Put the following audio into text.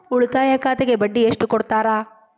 ಉಳಿತಾಯ ಖಾತೆಗೆ ಬಡ್ಡಿ ಎಷ್ಟು ಕೊಡ್ತಾರ?